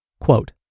Quote